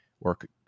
work